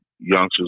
youngsters